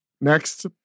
Next